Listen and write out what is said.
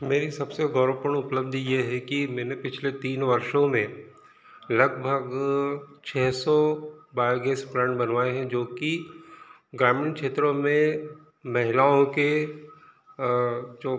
मेरी सबसे गौरवपूर्ण उपलब्धि ये है कि मैंने पिछले तीन वर्षों में लगभग छः सौ बायो गैस प्लांट बनवाएं हैं जो की ग्रामीण क्षेत्रों में महिलाओं के जो